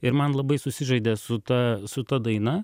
ir man labai susižaidė su ta su ta daina